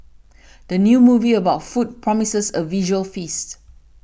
the new movie about food promises a visual feast